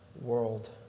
world